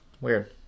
Weird